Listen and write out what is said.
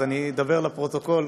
אז אני אדבר לפרוטוקול,